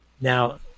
Now